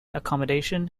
accommodation